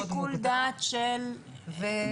אז לפי שיקול דעת של, לא יודעת.